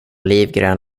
olivgrön